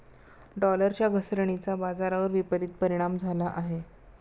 डॉलरच्या घसरणीचा बाजारावर विपरीत परिणाम झाला आहे